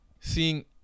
seeing